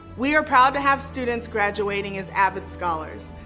we are proud to have students graduating as avid scholars.